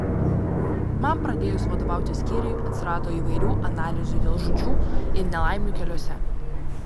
man pradėjus vadovauti skyriui atsirado įvairių analizių dėl žūčių ir nelaimių keliuose